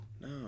No